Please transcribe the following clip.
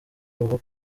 ubu